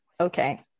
okay